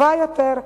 טובה יותר,